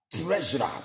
treasure